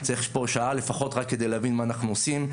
צריך פה שעה לפחות רק כדי להבין מה אנחנו עושים.